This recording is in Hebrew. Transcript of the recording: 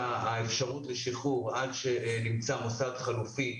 האפשרות לשחרור ועד שנמצא מוסד חלופי,